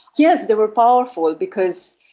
yes, they were powerful because,